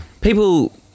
people